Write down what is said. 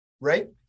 right